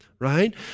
right